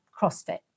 CrossFit